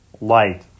light